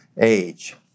Age